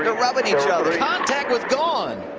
and rubbing each other. contact was gone.